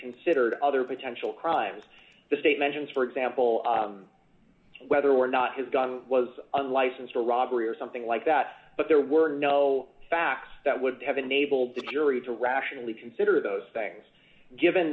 considered other potential crimes the state mentions for example whether or not his gun was unlicensed or robbery or something like that but there were no facts that would have enabled the jury to rationally consider those things given